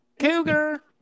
Cougar